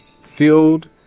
filled